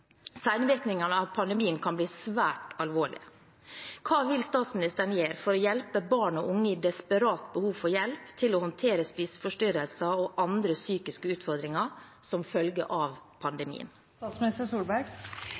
av pandemien kan bli svært alvorlige. Hva vil statsministeren gjøre for å hjelpe barn og unge i desperat behov for hjelp til å håndtere spiseforstyrrelser og andre psykiske utfordringer som følge av